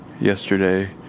yesterday